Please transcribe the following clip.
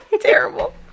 Terrible